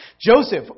Joseph